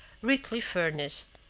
richly furnished.